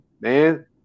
man